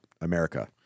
America